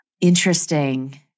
Interesting